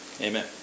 Amen